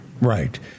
Right